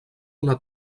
una